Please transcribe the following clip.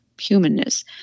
humanness